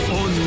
on